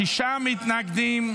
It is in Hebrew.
שישה מתנגדים.